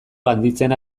handitzen